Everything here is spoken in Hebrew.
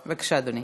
בבקשה, אדוני.